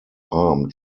armed